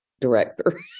director